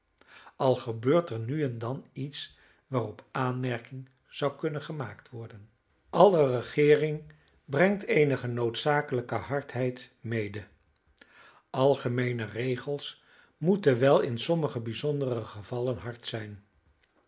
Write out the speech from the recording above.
al gebeurt er nu en dan iets waarop aanmerking zou kunnen gemaakt worden alle regeering brengt eenige noodzakelijke hardheid mede algemeene regels moeten wel in sommige bijzondere gevallen hard zijn